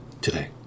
today